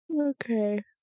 Okay